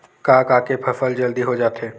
का का के फसल जल्दी हो जाथे?